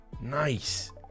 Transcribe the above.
nice